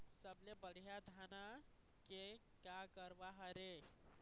सबले बढ़िया धाना के का गरवा हर ये?